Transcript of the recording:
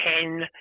ten